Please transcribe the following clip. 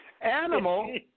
Animal